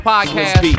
Podcast